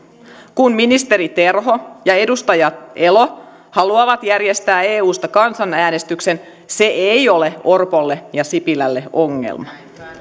kun ministeri terho ja edustaja elo haluavat järjestää eusta kansanäänestyksen se ei ole orpolle ja sipilälle ongelma